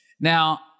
Now